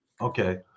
Okay